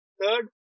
Third